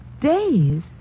Days